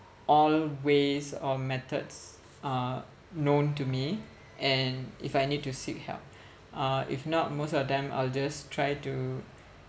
all ways or methods uh known to me and if I need to seek help uh if not most of the time I'll just try to